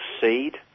seed